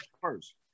first